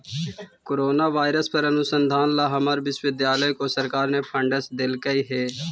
corona virus पर अनुसंधान ला हमारे विश्वविद्यालय को सरकार ने फंडस देलकइ हे